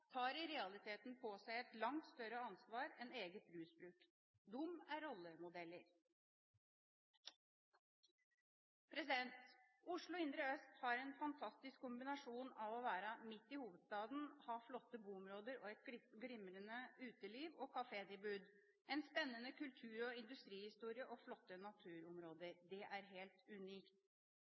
tar i realiteten på seg et langt større ansvar enn egen rusbruk. De er rollemodeller. Oslo indre øst har en fantastisk kombinasjon av å være midt i hovedstaden, ha flotte boområder, et glimrende uteliv og kafétilbud, en spennende kultur- og industrihistorie og flotte naturområder. Det er helt unikt.